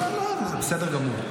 זה בסדר גמור.